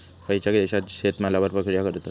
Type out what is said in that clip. खयच्या देशात शेतमालावर प्रक्रिया करतत?